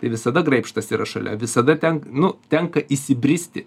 tai visada graibštas yra šalia visada ten nu tenka įsibristi